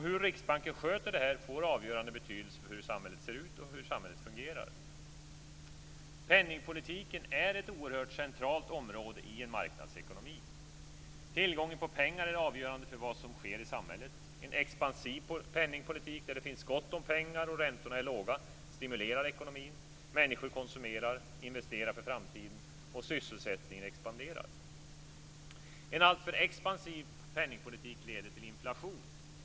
Hur Riksbanken sköter detta får avgörande betydelse för hur samhället ser ut och hur samhället fungerar. Penningpolitik är ett oerhört centralt område i en marknadsekonomi. Tillgången på pengar är avgörande för vad som sker i samhället. En expansiv penningpolitik där det finns gott om pengar och räntorna är låga stimulerar ekonomin. Människor konsumerar och investerar för framtiden, och sysselsättningen expanderar. En alltför expansiv penningpolitik leder till inflation.